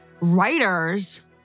Writers